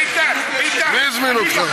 לא, ביטן, ביטן, ביטן, ביטן, מי הזמין אותך?